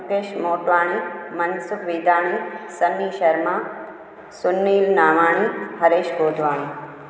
Mukesh Motwani Mansukh Vedani Sunny Sharma Sunil Navani Haresh Bhojwani